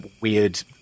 weird